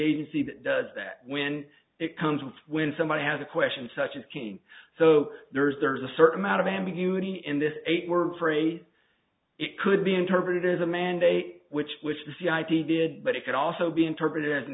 agency that does that when it comes with when somebody has a question such as king so there's there's a certain amount of ambiguity in this eight word phrase it could be interpreted as a mandate which which the c i did but it could also be interpreted as an